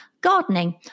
gardening